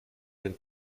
den